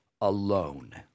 alone